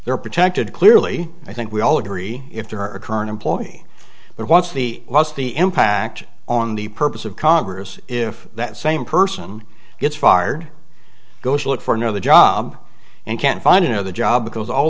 they're protected clearly i think we all agree if there were a current employee but what's the what's the impact on the purpose of congress if that same person gets fired goes to look for another job and can't find another job because all